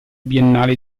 biennale